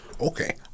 Okay